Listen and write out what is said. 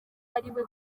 ariwe